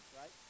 right